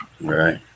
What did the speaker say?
Right